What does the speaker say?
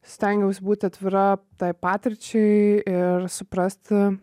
stengiausi būti atvira tai patirčiai ir suprast